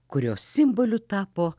kurio simboliu tapo